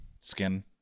skin